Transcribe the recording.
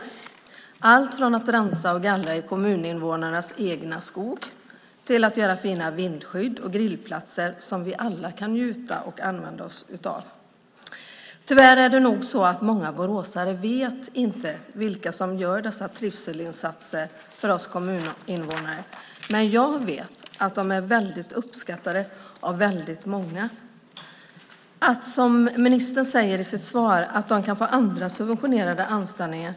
Det är allt från att rensa och gallra i kommuninvånarnas egen skog till att göra fina vindskydd och grillplatser som vi alla kan njuta av och använda oss av. Tyvärr är det nog många boråsare som inte vet vilka som gör dessa trivselinsatser för oss kommuninvånare. Men jag vet att de är väldigt uppskattade av många. Ministern säger i sitt svar att de här människorna kan få andra subventionerade anställningar.